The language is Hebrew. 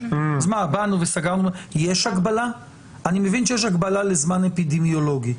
אני מבין שיש הגבלה לזמן אפידמיולוגי,